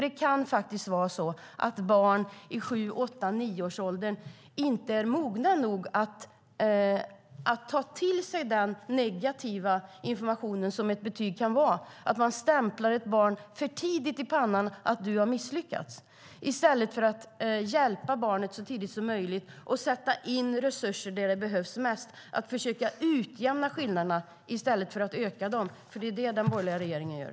Det kan faktiskt vara så att barn i 7-9-årsåldern inte är mogna nog att ta till sig den negativa informationen som ett betyg kan vara och att man stämplar ett barn för tidigt i pannan med ett misslyckande i stället för att hjälpa barnet så tidigt som möjligt och sätta in resurser där det behövs mest. Vi tycker att man ska försöka utjämna skillnaderna i stället för att öka dem som den borgerliga regeringen gör.